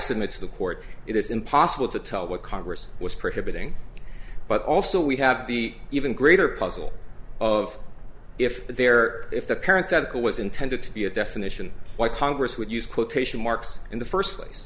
submit to the court it is impossible to tell what congress was prohibited but also we have the even greater puzzle of if they're if the parents that call was intended to be a definition why congress would use quotation marks in the first place